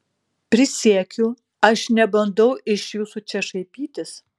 prisiekiu aš nebandau iš jūsų čia šaipytis